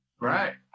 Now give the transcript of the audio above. Right